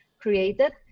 created